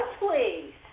please